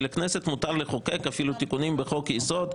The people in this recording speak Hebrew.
שלכנסת מותר לחוקק אפילו תיקונים בחוק יסוד,